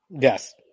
Yes